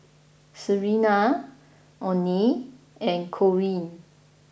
Serena Oney and Corean